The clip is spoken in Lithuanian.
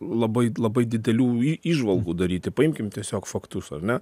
labai labai didelių į įžvalgų daryti paimkim tiesiog faktus ar ne